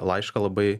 laišką labai